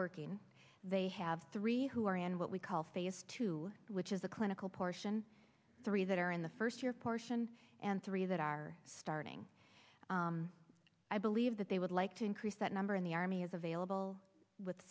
working they have three who are in what we call phase two which is a clinical portion three that are in the first year portion and three that are starting i believe that they would like to increase that number and the army is available with